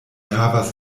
havas